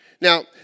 Now